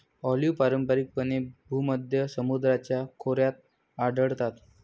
olive पारंपारिकपणे भूमध्य समुद्राच्या खोऱ्यात आढळतात